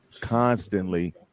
constantly